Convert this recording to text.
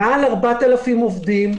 מעל 4,000 עובדים,